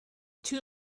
too